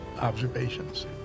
observations